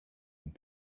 and